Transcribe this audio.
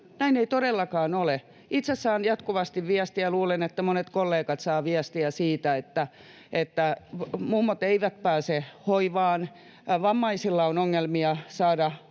näin ei todellakaan ole. Itse saan jatkuvasti viestiä ja luulen, että monet kollegat saavat viestiä, että mummot eivät pääse hoivaan, vammaisilla on ongelmia saada